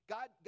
God